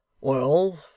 Well